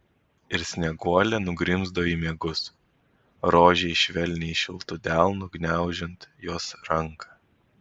ir snieguolė nugrimzdo į miegus rožei švelniai šiltu delnu gniaužiant jos ranką